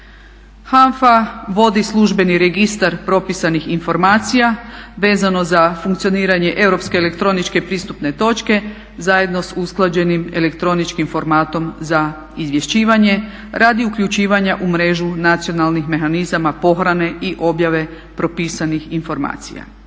HANFA vodi službeni registar propisanih informacija vezano za funkcioniranje europske elektroničke pristupne točke zajedno sa usklađenim elektroničkim formatom za izvješćivanje radi uključivanja u mrežu nacionalnih mehanizama pohrane i objave propisanih informacija.